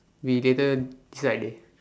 we didn't decide dey